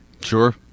Sure